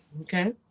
Okay